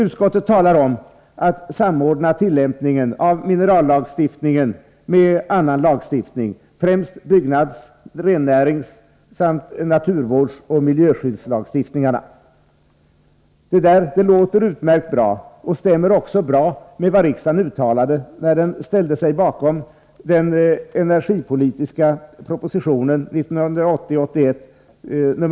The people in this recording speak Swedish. Utskottet talar om en samordning mellan tillämpningen av minerallagstiftningen och annan lagstiftning — främst byggnads-, rennäringssamt naturvårdsoch miljöskyddslagstiftningarna. Det är utmärkt och det överensstämmer väl med vad riksdagen uttalade när den ställde sig bakom den energipolitiska propositionen 1980/81:90.